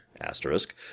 asterisk